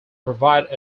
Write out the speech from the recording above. provide